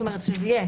שיהיה